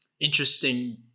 interesting